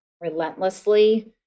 relentlessly